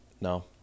No